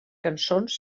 cançons